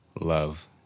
Love